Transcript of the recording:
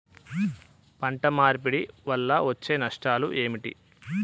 పంట మార్పిడి వల్ల వచ్చే నష్టాలు ఏమిటి?